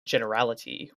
generality